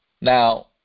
now